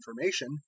information